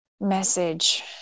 message